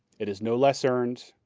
it is no less earned,